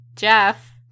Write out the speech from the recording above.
Jeff